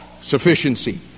sufficiency